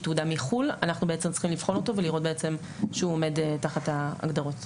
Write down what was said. חברה מחו"ל אנחנו צריכים לבחון אותו ולראות שהוא עומד תחת ההגדרות.